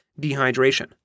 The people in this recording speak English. dehydration